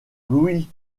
luis